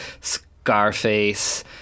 Scarface